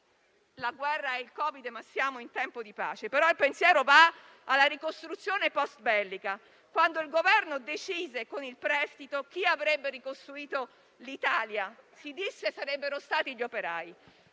(la guerra è al Covid ma siamo in tempo di pace), però il pensiero va alla ricostruzione post-bellica, quando il Governo decise con il prestito chi avrebbe ricostruito l'Italia. Si disse che sarebbero stati gli operai.